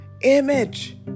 image